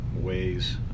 ways